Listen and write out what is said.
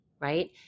Right